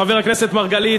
חבר הכנסת מרגלית,